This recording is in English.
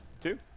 two